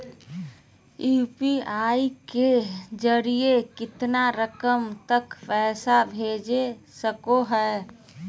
UPI के जरिए कितना रकम तक पैसा भेज सको है?